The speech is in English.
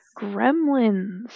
Gremlins